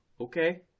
Okay